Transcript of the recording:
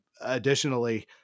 additionally